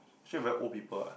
actually very old people eh